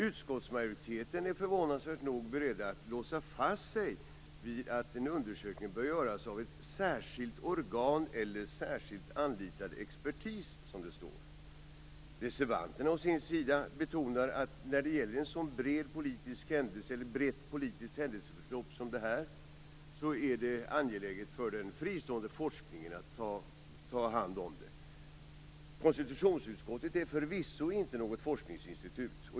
Utskottsmajoriteten är förvånansvärt nog beredd att låsa fast sig vid att en undersökning bör göras av ett "särskilt organ eller särskilt anlitad expertis". Reservanterna betonar att vid ett så brett politiskt händelseförlopp som detta, är det angeläget för den fristående forskningen att ta hand om det hela. Konstitutionsutskottet är förvisso inte något forskningsinstitut.